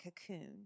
cocoon